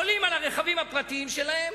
עולים על הרכבים הפרטיים שלהם,